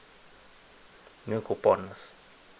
no coupon ah